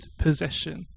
possession